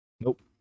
Nope